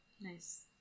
Nice